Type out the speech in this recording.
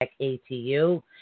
ATU